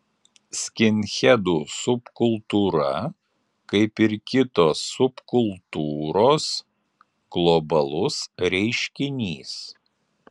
skinhedų subkultūra kaip ir kitos subkultūros globalus reiškinys